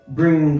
bring